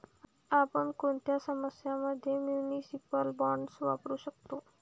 आपण कोणत्या समस्यां मध्ये म्युनिसिपल बॉण्ड्स वापरू शकतो?